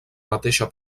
mateixa